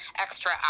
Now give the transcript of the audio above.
extra